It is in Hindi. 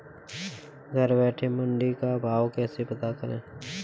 घर बैठे मंडी का भाव कैसे पता करें?